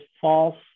false